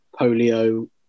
polio